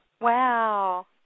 Wow